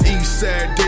Eastside